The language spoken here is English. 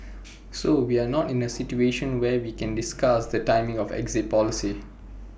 so we are not in A situation where we can discuss the timing of exit policy